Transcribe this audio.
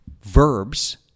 verbs